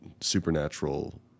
supernatural